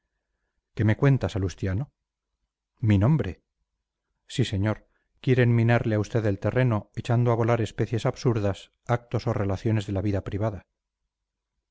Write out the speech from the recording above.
qué me cuenta salustiano mi nombre sí señor quieren minarle a usted el terreno echando a volar especies absurdas actos o relaciones de la vida privada